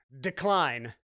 decline